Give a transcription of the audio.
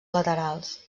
laterals